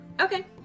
Okay